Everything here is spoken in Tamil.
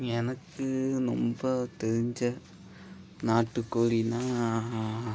எனக்கு ரொம்ப தெரிஞ்ச நாட்டுக் கோழின்னா